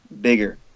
bigger